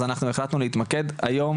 אז אנחנו החלטנו להתמקד היום